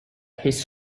his